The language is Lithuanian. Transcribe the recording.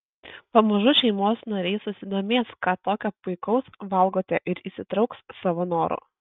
pamažu šeimos nariai susidomės ką tokio puikaus valgote ir įsitrauks savo noru